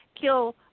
kill